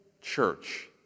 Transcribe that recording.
church